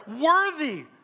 worthy